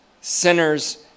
sinners